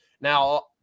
Now